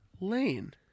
Lane